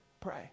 Pray